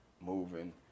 Moving